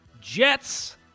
Jets